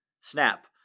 Snap